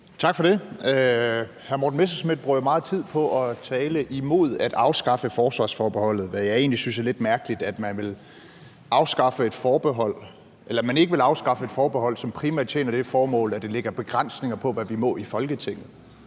Tak for det. Hr. Morten Messerschmidt bruger meget tid på at tale imod at afskaffe forsvarsforbeholdet, hvad jeg egentlig synes er lidt mærkeligt – altså at man ikke vil afskaffe et forbehold, som primært tjener det formål, at det lægger begrænsninger på, hvad vi må i Folketinget.